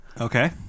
Okay